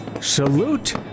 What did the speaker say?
Salute